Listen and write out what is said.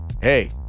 hey